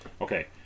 Okay